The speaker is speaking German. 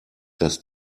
dass